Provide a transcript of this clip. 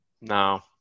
No